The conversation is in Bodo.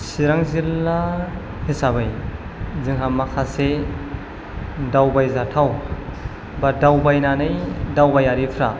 चिरां जिल्ला हिसाबै जोंहा माखासे दावबायजाथाव बा दावबायनानै दावबायारिफ्रा